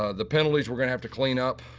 ah the penalties we're going to have to clean up.